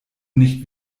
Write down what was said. nicht